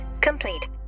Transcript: complete